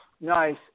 Nice